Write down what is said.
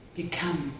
become